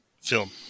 film